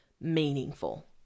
meaningful